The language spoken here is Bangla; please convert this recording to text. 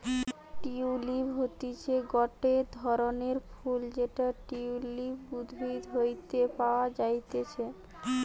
টিউলিপ হতিছে গটে ধরণের ফুল যেটা টিউলিপ উদ্ভিদ হইতে পাওয়া যাতিছে